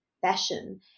fashion